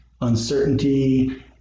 uncertainty